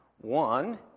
One